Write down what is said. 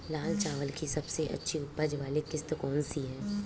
लाल चावल की सबसे अच्छी उपज वाली किश्त कौन सी है?